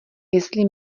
jestli